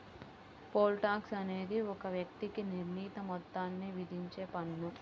pole tax అనేది ఒక వ్యక్తికి నిర్ణీత మొత్తాన్ని విధించే పన్ను